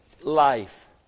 life